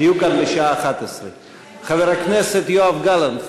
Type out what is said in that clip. שיהיו כאן בשעה 11:00. חבר הכנסת יואב גלנט,